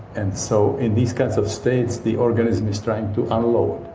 and so in these kinds of states the organism is trying to unload,